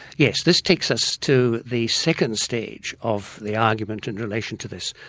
yes, this takes us to the second stage of the argument in relation to this.